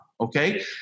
Okay